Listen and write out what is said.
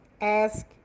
Ask